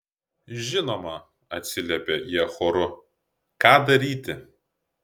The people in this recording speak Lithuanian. žinoma atsiliepė jie choru ką daryti